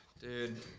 Dude